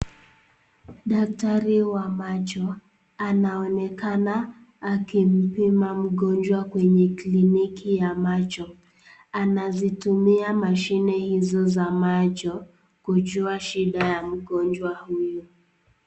Daktari wa macho, anaonekana akimpima mgonjwa kwenye kliniki ya macho. Aanazitumia mashini hizo za macho kujua shida ya mgonjwa huyu.